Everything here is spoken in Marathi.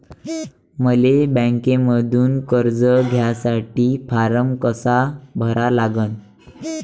मले बँकेमंधून कर्ज घ्यासाठी फारम कसा भरा लागन?